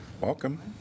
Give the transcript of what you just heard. Welcome